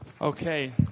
Okay